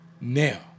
now